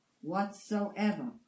whatsoever